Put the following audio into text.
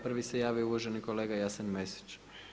Prvi se javio uvaženi kolega Jasen Mesić.